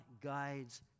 guides